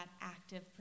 active